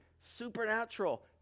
supernatural